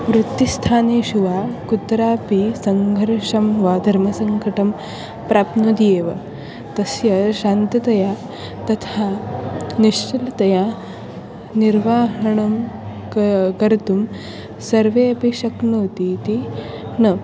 वृत्तिस्थानेषु वा कुत्रापि सङ्घर्षं वा धर्मसङ्कटं प्राप्नोति एव तस्य शान्ततया तथा निश्चलतया निर्वाहणं क कर्तुं सर्वे अपि शक्नोति इति न